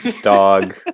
dog